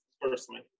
personally